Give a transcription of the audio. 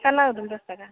फिथा लावदुम दस थाखा